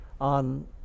on